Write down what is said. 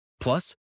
Plus